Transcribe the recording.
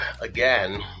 again